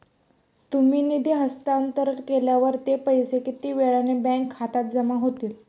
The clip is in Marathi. तुम्ही निधी हस्तांतरण केल्यावर ते पैसे किती वेळाने बँक खात्यात जमा होतील?